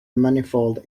manifold